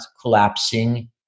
collapsing